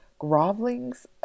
grovelings